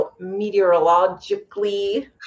meteorologically